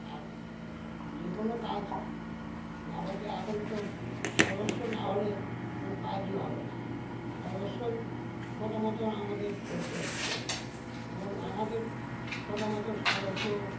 আর যে কোনো কাজ যাবতীয় এখন তো সদস্য না হলে কোনো কাজই হবে না সদস্যই কথা মতো আমাদের চলতে হচ্ছে এবং আমাদের কথা মতো সদস্য